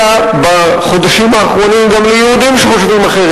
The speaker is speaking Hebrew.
בחודשים האחרונים גם ליהודים שחושבים אחרת,